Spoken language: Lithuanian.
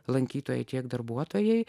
lankytojai tiek darbuotojai